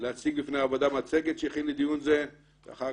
להציג בפני הוועדה מצגת שהכין לדיון זה ולאחר